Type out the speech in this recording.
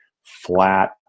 flat